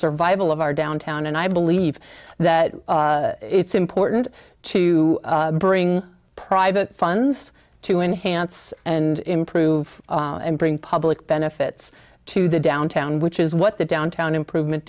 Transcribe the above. survival of our downtown and i believe that it's important to bring private funds to enhance and improve and bring public benefits to the downtown which is what the downtown improvement